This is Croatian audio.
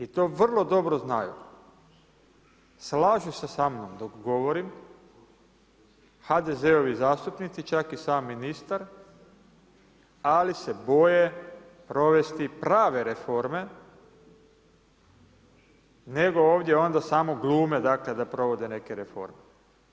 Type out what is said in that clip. I to vrlo dobro znaju, slažu se sa mnom dok govorim, HDZ-ovi zastupnici, čak i sam ministar, ali se boje provesti prave reforme, nego ovdje onda samo glume, dakle, da provode neke reforme.